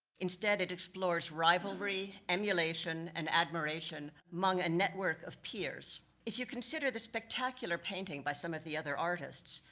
instead, it explores rivalry, emulation, and admiration among a network of peers. if you consider the spectacular painting by some of the other artists,